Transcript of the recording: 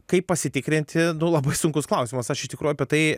kaip pasitikrinti nu labai sunkus klausimas aš iš tikrųjų apie tai